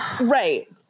Right